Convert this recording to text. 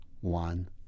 one